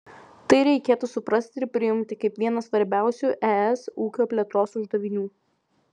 tai reikėtų suprasti ir priimti kaip vieną svarbiausių es ūkio plėtros uždavinių